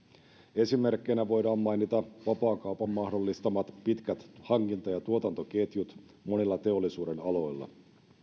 esimerkkeinä voidaan mainita vapaakaupan mahdollistamat pitkät hankinta ja tuotantoketjut monilla teollisuudenaloilla